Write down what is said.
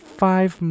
five